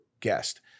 guest